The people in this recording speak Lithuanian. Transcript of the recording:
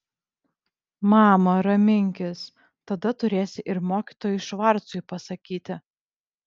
mama raminkis tada turėsi ir mokytojui švarcui pasakyti